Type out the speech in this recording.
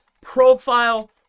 profile